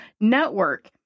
network